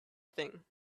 thing